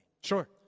Sure